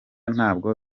ntabwo